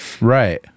right